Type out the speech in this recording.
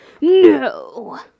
No